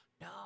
No